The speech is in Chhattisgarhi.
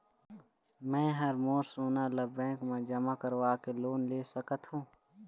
मैं हर मोर सोना ला बैंक म जमा करवाके लोन ले सकत हो?